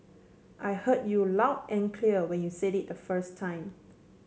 I heard you loud and clear when you said it the first time